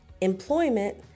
employment